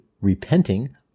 repenting